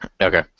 Okay